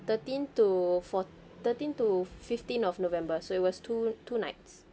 thirteen to four thirteen to fifteen of november so it was two two nights